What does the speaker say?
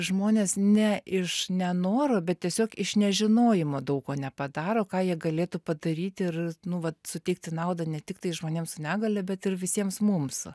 žmonės ne iš nenoro bet tiesiog iš nežinojimo daug ko nepadaro ką jie galėtų padaryti ir nu vat suteikti naudą ne tiktai žmonėm su negalia bet ir visiems mums